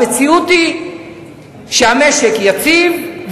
המציאות היא שהמשק יציב,